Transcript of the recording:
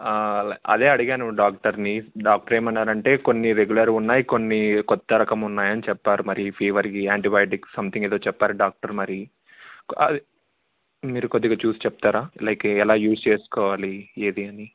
అదే అడిగాను డాక్టర్ని డాక్టర్ ఏమన్నారంటే కొన్ని రెగ్యులర్వి ఉన్నాయి కొన్ని కొత్త రకంవి ఉన్నాయని చెప్పారు మరి ఫీవర్కి యాంటీబయోటిక్స్ సంథింగ్ ఏదో చెప్పారు డాక్టర్ మరి అ మీరు కొద్దిగా చూసి చెప్తారా లైక్ ఎలా యూస్ చేసుకోవాలి ఏది అని